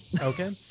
Okay